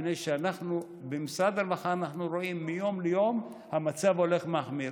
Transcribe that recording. מפני שבמשרד הרווחה אנחנו רואים מיום ליום שהמצב הולך ומחמיר.